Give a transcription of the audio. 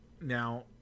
now